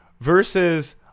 versus